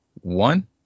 one